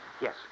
Yes